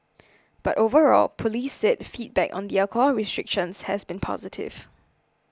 but overall police said feedback on the alcohol restrictions has been positive